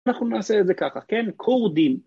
‫אנחנו נעשה את זה ככה, כן? ‫כורדים.